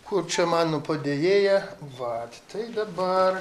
kur čia mano padėjėja va tai dabar